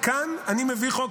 כאן אני מביא חוק,